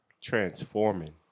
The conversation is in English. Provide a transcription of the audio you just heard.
Transforming